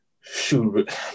shoot